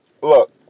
look